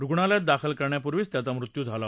रुग्णालयात दाखल करण्यापूर्वीच त्याचा मृत्यू झाला